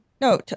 No